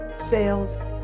sales